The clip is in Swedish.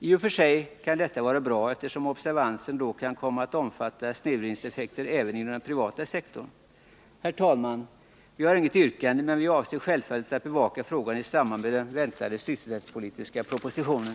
I och för sig kan detta vara bra, eftersom observansen då kan komma att omfatta snedvridningseffekter även inom den privata sektorn. Herr talman! Vi har inget yrkande, men vi avser självfallet att bevaka frågan i samband med den väntade sysselsättningspolitiska propositionen.